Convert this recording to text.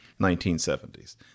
1970s